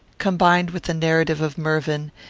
combined with the narrative of mervyn,